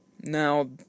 Now